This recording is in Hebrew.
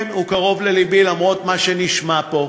כן, הוא קרוב ללבי, למרות מה שנשמע פה.